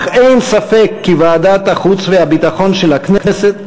אך אין ספק כי ועדת החוץ והביטחון של הכנסת,